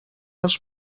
els